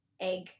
egg